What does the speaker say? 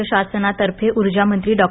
राज्य शासनातर्फे उर्जामंत्री डॉ